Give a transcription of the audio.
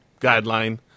guideline